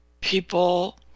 people